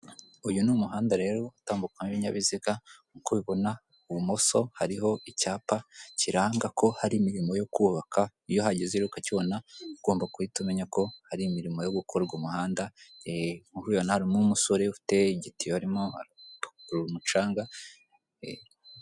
Uyu ni umuhanda rero utandumbukamo ibinyabiziga. Nk'uko ubibona ibumoso hariho icyapa kiranga ko hari imirimo yo kubaka, iyo uhageze rero ukakibona ugomba guhita umenya ko hari imirimo yo gukora umuhanda. Nk'uko ubibona harimo umusore ufite igitiyo urimo arapakurura umucanga.